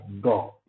God